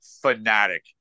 fanatic